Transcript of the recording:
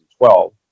2012